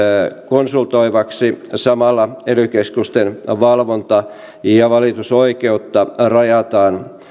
konsultoivaksi samalla ely keskusten valvonta ja valitusoikeutta rajataan